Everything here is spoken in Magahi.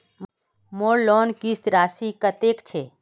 मोर लोन किस्त राशि कतेक छे?